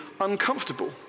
uncomfortable